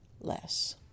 less